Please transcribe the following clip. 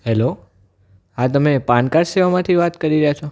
hello હા તમે PAN card સેવામાંથી વાત કરી રહ્યા છો